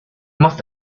must